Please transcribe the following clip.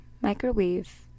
microwave